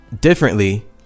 differently